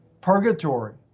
purgatory